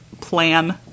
plan